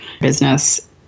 business